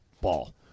ball